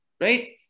right